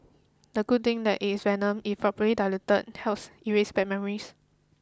the good thing that it's venom if properly diluted helps erase bad memories